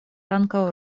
ankaŭ